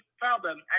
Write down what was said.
problem